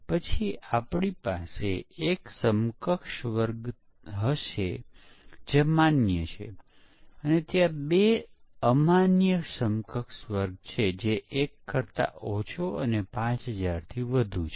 અને આ હેતુ માટે IEEE માં ભૂલ અને મિસ્ટેક સમાનાર્થી છે ભૂલ ખામી અને નિષ્ફળતા પણ સમાનાર્થી હતા પરંતુ આ વચ્ચે તફાવત છે